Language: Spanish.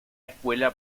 escuela